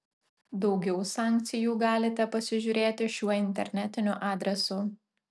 daugiau sankcijų galite pasižiūrėti šiuo internetiniu adresu